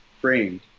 framed